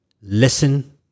Listen